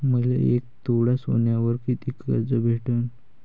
मले एक तोळा सोन्यावर कितीक कर्ज भेटन?